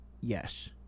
yes